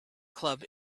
club